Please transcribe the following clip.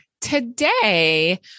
Today